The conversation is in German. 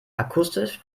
akustisch